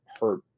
hurt